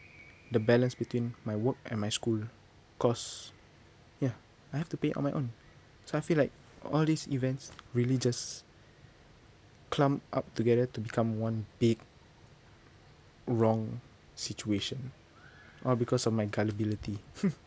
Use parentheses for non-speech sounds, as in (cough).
the balance between my work and my school cause ya I have to pay on my own so I feel like all these events really just clump up together to become one big wrong situation all because of my gullibility (laughs)